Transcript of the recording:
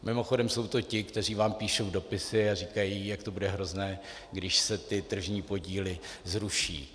Mimochodem jsou to ti, kteří vám píšou dopisy a říkají, jak to bude hrozné, když se ty tržní podíly zruší.